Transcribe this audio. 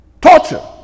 torture